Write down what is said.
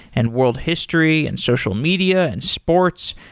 and world history, and social media, and sports,